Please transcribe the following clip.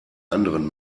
anderen